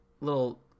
little